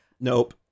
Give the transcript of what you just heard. nope